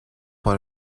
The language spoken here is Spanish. por